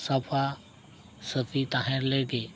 ᱥᱟᱯᱷᱟᱼᱥᱟᱹᱯᱷᱤ ᱛᱟᱦᱮᱱ ᱞᱟᱹᱜᱤᱫ